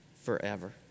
forever